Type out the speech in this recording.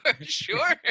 sure